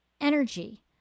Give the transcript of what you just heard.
energy